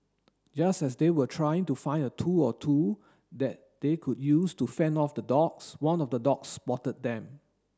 just as they were trying to find a tool or two that they could use to fend off the dogs one of the dogs spotted them